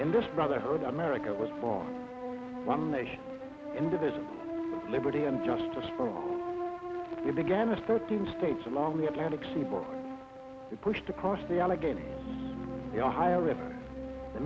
in this brotherhood america was for one nation indivisible liberty and justice for the bigamist thirteen states along the atlantic seaboard pushed across the allegheny the ohio river the